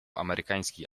amerykański